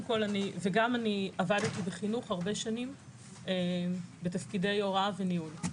וגם אני עבדתי בחינוך הרבה שנים בתפקידי הוראה וניהול.